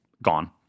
Gone